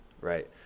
Right